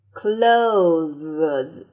clothes